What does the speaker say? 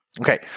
Okay